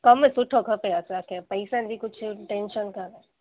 कमु सुठो खपे असांखे पैसनि जी कुझु टैंशन कान्हे